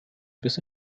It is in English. this